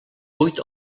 vuit